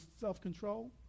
self-control